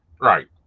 right